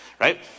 right